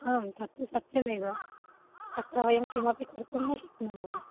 आम् तत्तु सत्यमेव तत्र वयं किमपि कर्तुं न शक्नुमः